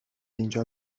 اینجا